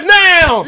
now